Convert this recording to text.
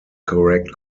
correct